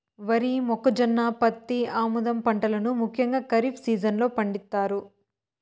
వరి, మొక్కజొన్న, పత్తి, ఆముదం పంటలను ముఖ్యంగా ఖరీఫ్ సీజన్ లో పండిత్తారు